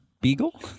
beagle